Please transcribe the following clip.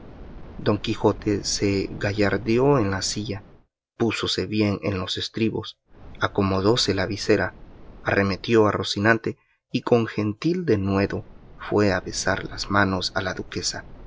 don quijote se gallardeó en la silla púsose bien en los estribos acomodóse la visera arremetió a rocinante y con gentil denuedo fue a besar las manos a la duquesa